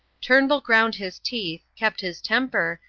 turnbull ground his teeth, kept his temper,